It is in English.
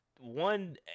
one